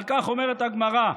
ועל כך אומרת הגמרא: